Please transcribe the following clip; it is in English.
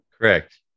Correct